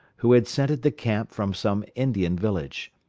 who had scented the camp from some indian village.